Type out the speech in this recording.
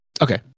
Okay